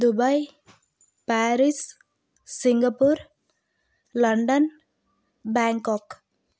Dubai Paris Singapore London Bangkok